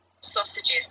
sausages